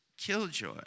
Killjoy